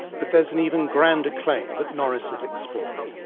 but there's an even grander claim that norris is exploring.